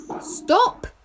Stop